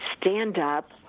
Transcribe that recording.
stand-up